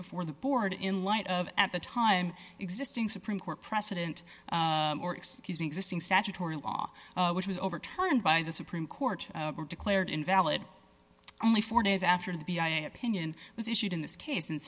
before the board in light of at the time existing supreme court precedent or excuse me existing statutory law which was overturned by the supreme court were declared invalid only four days after the b i a opinion was issued in this case